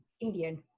Indian